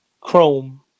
Chrome